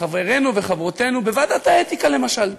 חברינו וחברותינו בוועדת האתיקה למשל,